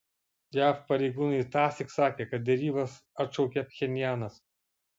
jav pareigūnai tąsyk sakė kad derybas atšaukė pchenjanas